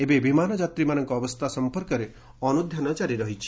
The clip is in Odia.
ଏବେ ବିମାନ ଯାତ୍ରୀମାନଙ୍କ ଅବସ୍ଥା ସମ୍ପର୍କରେ ଅନୁଧ୍ୟାନ ଜାରି ରହିଛି